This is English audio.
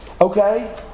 Okay